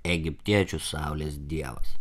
egiptiečių saulės dievas